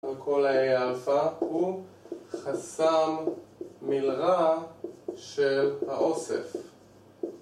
כל ה-a אלפא הוא חסם מלרע של האוסף